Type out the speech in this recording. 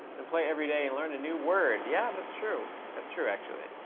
then play every day and learn a new word. yeah, that's true. that's true, actually.